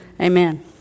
Amen